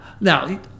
now